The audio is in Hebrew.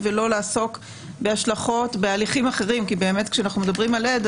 לעסוק בהשלכות בהליכים אחרים כי באמת כאשר אנחנו מדברים על עד,